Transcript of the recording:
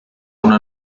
una